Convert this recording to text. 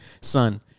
Son